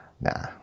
nah